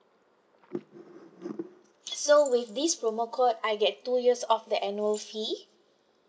so with this promo code I get two years off the annual fee